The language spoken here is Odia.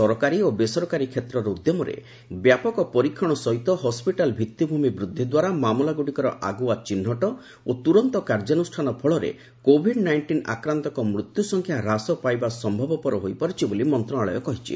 ସରକାରୀ ଓ ବେସରକାରୀ କ୍ଷେତ୍ରର ଉଦ୍ୟମରେ ବ୍ୟାପକ ପରୀକ୍ଷଣ ସହିତ ହସପିଟାଲ ଭିତ୍ତିଭୂମି ବୃଦ୍ଧିଦ୍ୱାରା ମାମଲାଗ୍ରଡିକର ଆଗ୍ରଆ ଚିହ୍ରଟ ଓ ତ୍ରରନ୍ତ କାର୍ଯ୍ୟାନ୍ରଷ୍ଣାନ ଫଳରେ କୋଭିଡ୍ ନାଇଷ୍ଟିନ ଆକ୍ରାନ୍ତଙ୍କ ମୃତ୍ୟୁ ସଂଖ୍ୟା ହ୍ରାସ ପାଇବା ସମ୍ଭବ ହୋଇପାରୁଛି ବୋଲି ମନ୍ତଶାଳୟ କହିଛି